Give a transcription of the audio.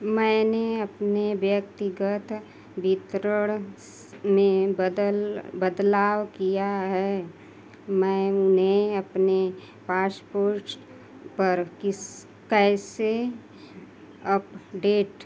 मैंने अपने व्यक्तिगत वितरण में बदल बदलाव किया है मैं उन्हें अपने पासपोष पर किस कैसे अपडेट